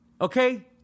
Okay